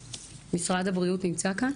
משרד הבריאות נמצא כאן?